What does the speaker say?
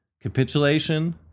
capitulation